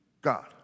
God